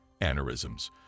aneurysms